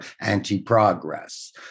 anti-progress